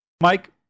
Mike